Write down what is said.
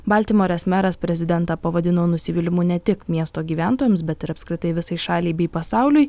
baltimorės meras prezidentą pavadino nusivylimu ne tik miesto gyventojams bet ir apskritai visai šaliai bei pasauliui